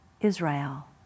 Israel